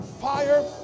Fire